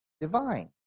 divine